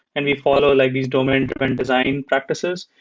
and we follow like these domain-driven design practices.